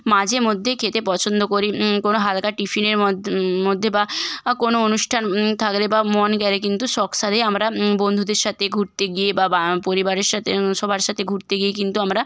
মাঝে মধ্যেই খেতে পছন্দ করি কোনো হালকা টিফিনের মধ্যে বা কোনো অনুষ্ঠান থাকলে বা মন গেলে কিন্তু আমরা বন্ধুদের সাথে ঘুরতে গিয়ে বা বা পরিবারের সাথে সবার সাথে ঘুরতে গিয়ে কিন্তু আমরা